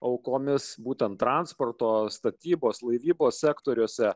aukomis būtent transporto statybos laivybos sektoriuose